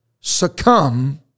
succumb